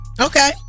Okay